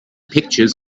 pictures